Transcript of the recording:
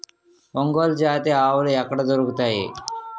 ఒంగోలు జాతి ఆవులు ఎక్కడ దొరుకుతాయి?